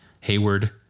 Hayward